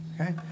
Okay